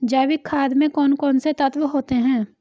जैविक खाद में कौन कौन से तत्व होते हैं?